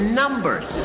numbers